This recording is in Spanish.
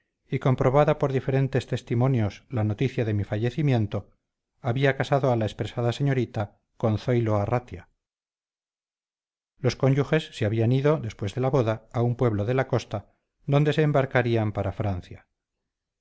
y comprobada por diferentes testimonios la noticia de mi fallecimiento había casado a la expresada señorita con zoilo arratia los cónyuges se habían ido después de la boda a un pueblo de la costa donde se embarcarían para francia